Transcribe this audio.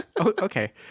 Okay